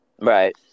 right